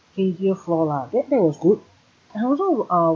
twentieth floor lah that was good and also uh